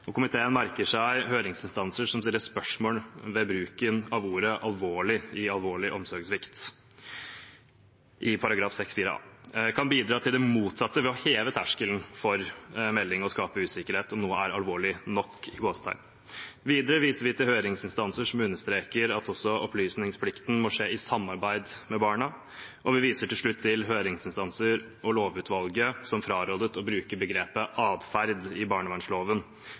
Komiteen merker seg høringsinstanser som stiller spørsmål ved om bruken av ordet «alvorlig» i «alvorlig omsorgssvikt» i § 6-4 a kan bidra til det motsatte ved å heve terskelen for melding og skape usikkerhet om noe er alvorlig nok. Videre viser vi til høringsinstanser som understreker at også opplysningsplikten må håndteres i samarbeid med barna, og vi viser til slutt til at høringsinstanser og lovutvalget fraråder å bruke begrepet «atferd» i